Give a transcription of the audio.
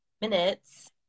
minutes